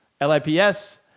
L-I-P-S